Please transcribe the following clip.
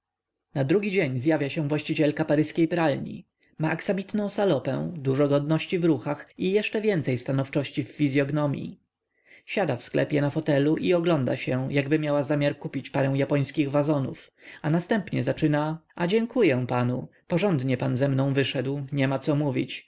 na drugi dzień zjawia się właścicielka paryskiej pralni ma aksamitną salopę dużo godności w ruchach i jeszcze więcej stanowczości w fizyognomii siada w sklepie na fotelu i ogląda się jakby miała zamiar kupić parę japońskich wazonów a następnie zaczyna a dziękuję panu porządnie pan ze mną wyszedł niema co mówić